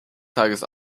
tages